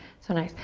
so nice.